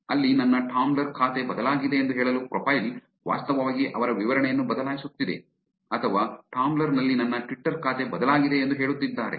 ಅಲ್ಲಿ ನನ್ನ ಟಾಂಬ್ಲ್ರ್ ಖಾತೆ ಬದಲಾಗಿದೆ ಎಂದು ಹೇಳಲು ಪ್ರೊಫೈಲ್ ವಾಸ್ತವವಾಗಿ ಅವರ ವಿವರಣೆಯನ್ನು ಬದಲಾಯಿಸುತ್ತಿದೆ ಅಥವಾ ಟಾಂಬ್ಲ್ರ್ ನಲ್ಲಿ ನನ್ನ ಟ್ವಿಟ್ಟರ್ ಖಾತೆ ಬದಲಾಗಿದೆ ಎಂದು ಹೇಳುತ್ತಿದ್ದಾರೆ